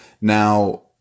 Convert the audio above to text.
now